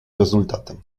rezultatem